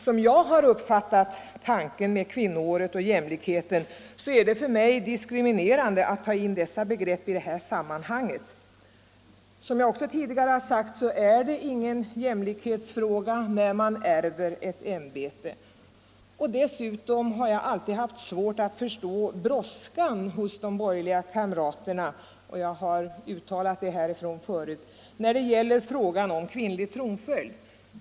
Som jag har uppfattat tanken med kvinnoåret och jämlikheten så är det för mig diskriminerande att ta in dessa begrepp i det här sammanhanget. Som jag också tidigare har sagt är det ingen jämlikhetsfråga när man ärver ett ämbete. Dessutom har jag alltid haft svårt att förstå brådskan hos de borgerliga kamraterna — jag har uttalat det härifrån talarstolen förut — när det gäller frågan om kvinnlig tronföljd.